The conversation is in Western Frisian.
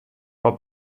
wat